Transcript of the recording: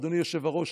אדוני היושב-ראש,